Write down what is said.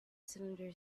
cylinder